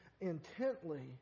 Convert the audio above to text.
intently